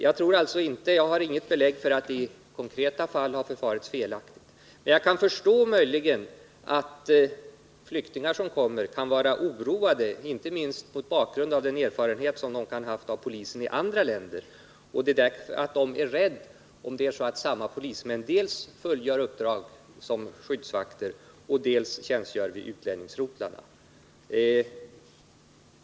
Jag har som sagt inget belägg för att det i konkreta fall har förfarits felaktigt, men jag kan förstå att flyktingar som kommer hit kan vara oroade — inte minst mot bakgrund av den erfarenhet de kan ha haft av polis i andra länder — om samma polismän dels fullgör uppdrag som skyddsvakter, dels tjänstgör vid utlänningsrotlarna.